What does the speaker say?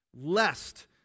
lest